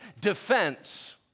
defense